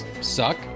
suck